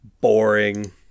boring